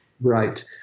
Right